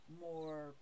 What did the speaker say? more